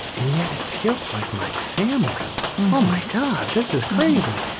and yet, it feels like my family! oh, my god, this is crazy.